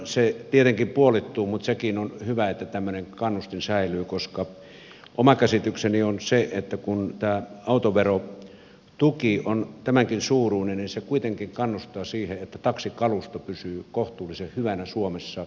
se tietenkin puolittuu mutta sekin on hyvä että tämmöinen kannustin säilyy koska oma käsitykseni on se että kun tämä autoverotuki on tämänkin suuruinen niin se kuitenkin kannustaa siihen että taksikalusto pysyy kohtuullisen hyvänä suomessa